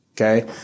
okay